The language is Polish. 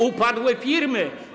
Upadły firmy.